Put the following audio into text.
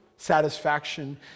satisfaction